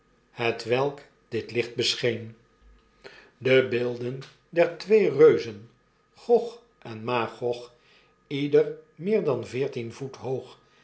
hetwelk dit licht bescheenl de beelden der twee reuzen gog en magog ieder meer dan veertien voet hoog